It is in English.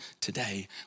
today